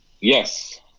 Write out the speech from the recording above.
yes